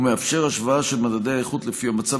והוא מאפשר השוואה של מדדי האיכות לפי המצב